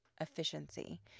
efficiency